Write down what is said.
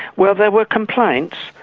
well, there were complaints.